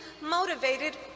motivated